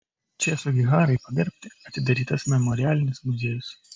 č sugiharai pagerbti atidarytas memorialinis muziejus